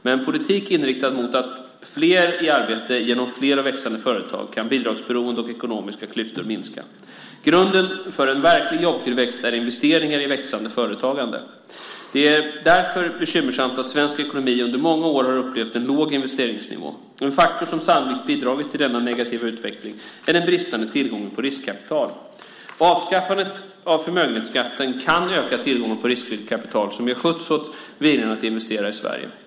Med en politik inriktad på att få fler i arbete genom fler och växande företag kan bidragsberoende och ekonomiska klyftor minska. Grunden för en verklig jobbtillväxt är investeringar i växande företagande. Det är därför bekymmersamt att svensk ekonomi under många år har upplevt en låg investeringsnivå. En faktor som sannolikt har bidragit till denna negativa utveckling är den bristande tillgången på riskkapital. Avskaffandet av förmögenhetsskatten kan öka tillgången på riskvilligt kapital som ger skjuts åt viljan att investera i Sverige.